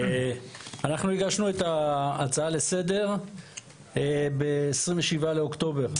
אנחנו הגשנו את ההצעה לסדר ב- 27 לאוקטובר,